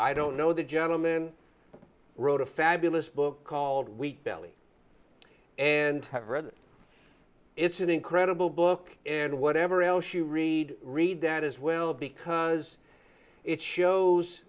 i don't know the gentleman wrote a fabulous book called weak belly and i've read it it's an incredible book and whatever else you read read that as well because it shows